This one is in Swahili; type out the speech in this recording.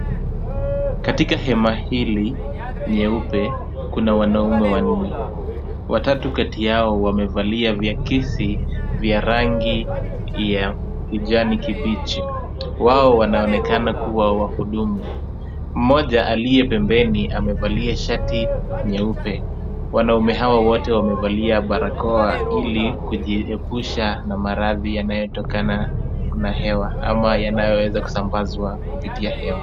Katika hema hili nyeupe, kuna wanaume wanne, watatu kati yao wamevalia viakisi vya rangi ya kijani kibichi. Wao wanaonekana kuwa wahudumu. Mmoja aliye pembeni amevalia shati nyeupe, wanaume hawa wote wamevalia barakoa ili kujiepusha na maradhi yanayotokana na hewa ama yanayoweza kusambazwa kupitia hewa.